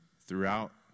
throughout